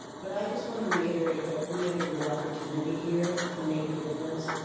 but i just wanna reiterate that we have a real opportunity here to make a difference,